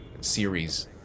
series